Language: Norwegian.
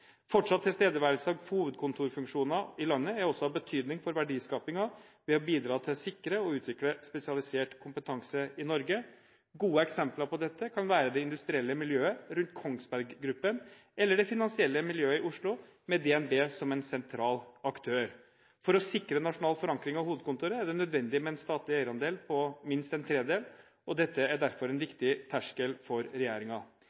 Fortsatt tilstedeværelse av hovedkontorfunksjoner i landet er også av betydning for verdiskapingen ved å bidra til å sikre og utvikle spesialisert kompetanse i Norge. Gode eksempler på dette kan være det industrielle miljøet rundt Kongsberg Gruppen, eller det finansielle miljøet i Oslo med DNB som en sentral aktør. For å sikre nasjonal forankring av hovedkontoret er det nødvendig med en statlig eierandel på minst en tredel, og dette er derfor en